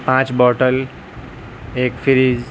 پانچ بوٹل ایک فریز